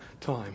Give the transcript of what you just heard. time